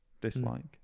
dislike